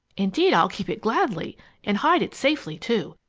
indeed, i'll keep it gladly and hide it safely, too.